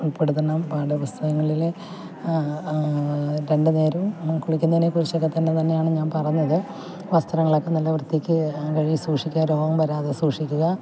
ഉൾപ്പെടുത്തണം പാഠ പുസ്തകങ്ങളിൽ രണ്ടു നേരവും കുളിക്കുന്നതിനെ കുറിച്ചൊക്കെ തന്നെയാണ് ഞാൻ പറഞ്ഞത് വസ്ത്രങ്ങളൊക്കെ നല്ല വൃത്തിക്ക് കഴുകി സൂക്ഷിക്കുക രോഗം വരാതെ സൂക്ഷിക്കുക